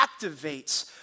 activates